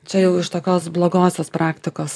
čia jau iš tokios blogosios praktikos